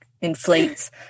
inflates